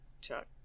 Chuck